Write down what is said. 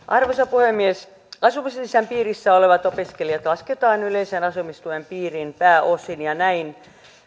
puhemies asumislisän piirissä olevat opiskelijat lasketaan yleisen asumistuen piiriin pääosin ja näin